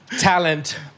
talent